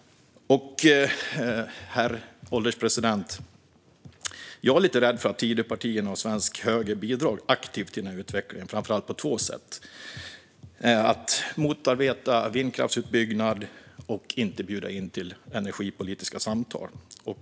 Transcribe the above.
Herr ålderspresident! Jag är lite rädd för att Tidöpartierna och svensk höger bidrar aktivt till denna utveckling, framför allt på två sätt: genom att motarbeta vindkraftsutbyggnad och genom att inte bjuda in till energipolitiska samtal.